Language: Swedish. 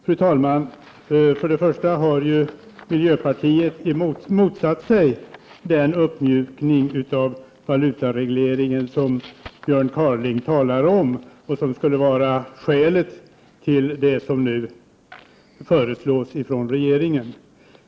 Fru talman! För det första har ju miljöpartiet motsatt sig den uppmjukning av valutaregleringen som Björn Kaaling talar om och som skulle vara skälet till regeringens förslag.